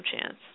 chance